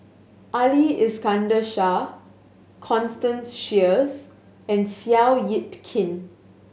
Ali Iskandar Shah Constance Sheares and Seow Yit Kin